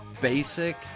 basic